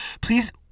please